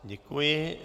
Děkuji.